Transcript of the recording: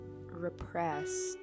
repressed